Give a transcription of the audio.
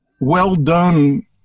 well-done